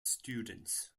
students